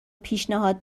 پیشنهاد